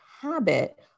habit